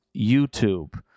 youtube